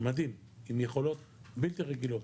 עם יכולות בלתי רגילות.